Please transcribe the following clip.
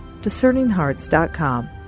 DiscerningHearts.com